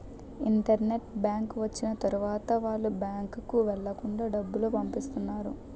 internet bank వచ్చిన తర్వాత వాళ్ళు బ్యాంకుకు వెళ్లకుండా డబ్బులు పంపిత్తన్నారు